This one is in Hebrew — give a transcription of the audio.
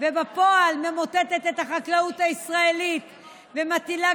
ובפועל ממוטטת את החקלאות הישראלית ומטילה